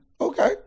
Okay